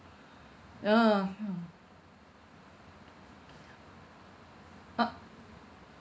ya